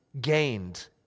gained